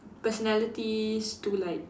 personalities to like